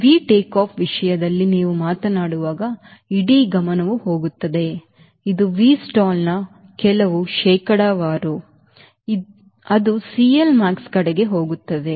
V take-off ವಿಷಯದಲ್ಲಿ ನೀವು ಮಾತನಾಡುವಾಗ ಇಡೀ ಗಮನವು ಹೋಗುತ್ತದೆ ಇದು Vstall ನ ಕೆಲವು ಶೇಕಡಾವಾರು ಅದು CLmax ಕಡೆಗೆ ಹೋಗುತ್ತದೆ